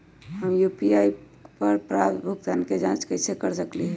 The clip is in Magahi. हम यू.पी.आई पर प्राप्त भुगतान के जाँच कैसे कर सकली ह?